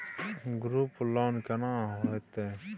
Group loan केना होतै?